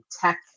tech